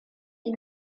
des